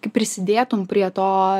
kaip prisidėtum prie to